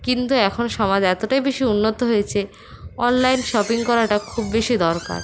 কিন্তু এখন সমাজ এতটাই বেশি উন্নত হয়েছে অনলাইন শপিং করাটা খুব বেশি দরকার